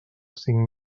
cinc